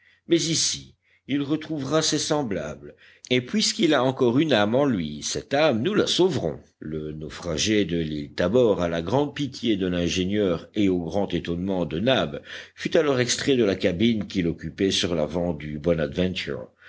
mais ici il retrouvera ses semblables et puisqu'il a encore une âme en lui cette âme nous la sauverons le naufragé de l'île tabor à la grande pitié de l'ingénieur et au grand étonnement de nab fut alors extrait de la cabine qu'il occupait sur l'avant du